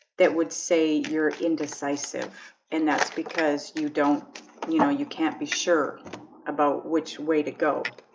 that would say you're indecisive and that's because you don't you know you can't be sure about which way to go.